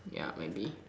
yeah maybe